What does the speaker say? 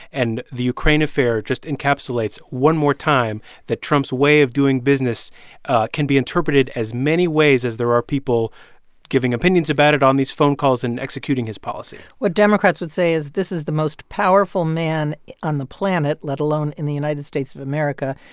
and the ukraine affair just encapsulates one more time that trump's way of doing business can be interpreted as many ways as there are people giving opinions about it on these phone calls and executing his policy what democrats would say is this is the most powerful man on the planet, let alone in the united states of america,